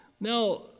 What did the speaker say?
Now